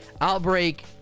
outbreak